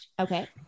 Okay